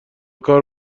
کار